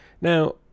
Now